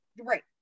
right